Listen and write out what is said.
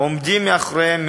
עומדים מאחוריהם,